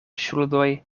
ŝuldoj